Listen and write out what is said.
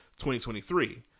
2023